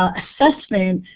ah assessment,